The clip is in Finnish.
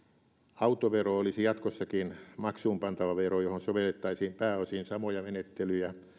autovero olisi jatkossakin maksuunpantava vero johon sovellettaisiin pääosin samoja menettelyjä